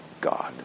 God